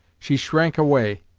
she shrank away,